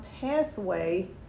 pathway